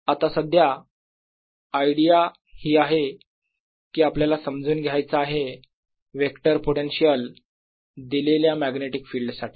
आता सध्या आयडिया ही आहे की आपल्याला समजून घ्यायचा आहे वेक्टर पोटेन्शियल दिलेल्या मॅग्नेटिक फिल्ड साठी